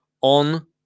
on